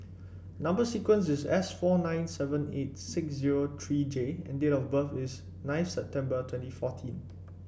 number sequence is S four nine seven eight six zero three J and date of birth is nineth September twenty fourteen